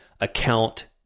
account